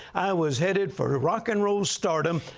i was headed for rock and roll stardom,